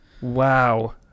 Wow